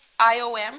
IOM